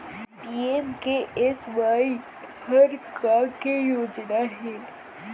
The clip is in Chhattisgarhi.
पी.एम.के.एस.वाई हर का के योजना हे?